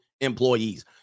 employees